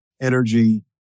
energy